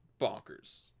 bonkers